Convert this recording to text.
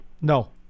No